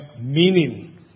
meaning